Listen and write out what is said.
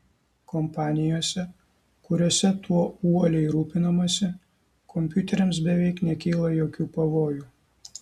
kompanijose kuriose tuo uoliai rūpinamasi kompiuteriams beveik nekyla jokių pavojų